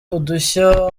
udushya